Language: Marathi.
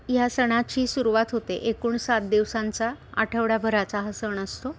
या सणाची सुरुवात होते एकूण सात दिवसांचा आठवड्याभराचा हा सण असतो